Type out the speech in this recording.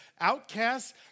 outcasts